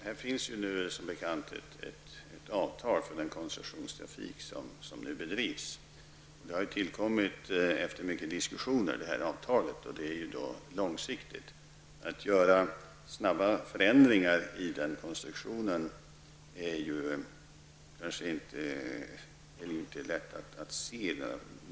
Herr talman! Det finns som bekant ett avtal för den koncessionstrafik som nu bedrivs. Detta avtal har tillkommit efter många diskussioner och är långsiktigt. Det är inte lätt att se några möjligheter till snabba förändringar i den konstruktionen.